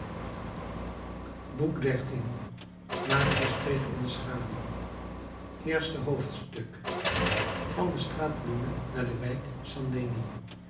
marius treedt in de schaduw eerste hoofdstuk van de straat plumet naar de wijk st